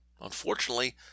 Unfortunately